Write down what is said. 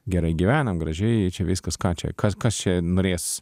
gerai gyvena gražiai čia viskas ką čia kas kas čia norės